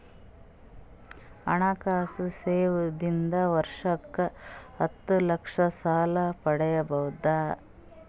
ಹಣಕಾಸು ಸೇವಾ ದಿಂದ ವರ್ಷಕ್ಕ ಹತ್ತ ಲಕ್ಷ ಸಾಲ ಪಡಿಬೋದ?